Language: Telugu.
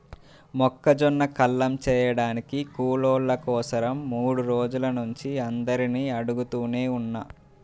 మొక్కజొన్న కల్లం చేయడానికి కూలోళ్ళ కోసరం మూడు రోజుల నుంచి అందరినీ అడుగుతనే ఉన్నా